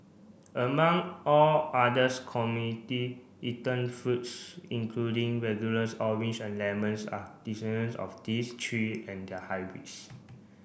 among all others eaten fruits including regulars oranges and lemons are descendants of these three and their hybrids